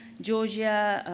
georgia.